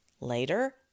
Later